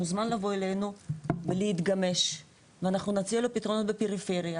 מוזמן לבוא אלינו ולהתגמש ואנחנו נציע לו פתרונות בפריפריה